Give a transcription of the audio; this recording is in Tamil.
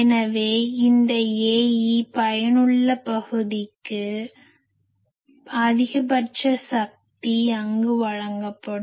எனவே இந்த Ae பயனுள்ள பகுதிக்கு அதிகபட்ச சக்தி அங்கு வழங்கப்படும்